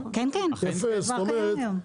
כן, זה כבר קיים היום.